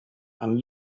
and